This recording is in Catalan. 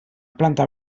planta